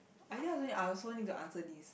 I think I also I also need to answer this